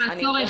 מה הצורך.